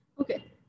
Okay